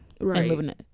right